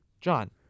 John